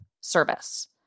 service